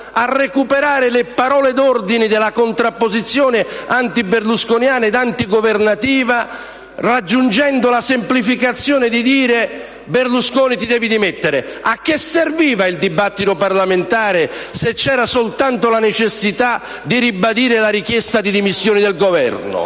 a recuperare le parole d'ordine della contrapposizione antiberlusconiana e antigovernativa, raggiungendo la semplificazione di dire: «Berlusconi ti devi dimettere». A che serviva il dibattito parlamentare se c'era soltanto la necessità di ribadire la richiesta di dimissioni del Governo?